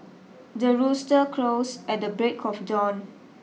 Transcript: the rooster crows at the break of dawn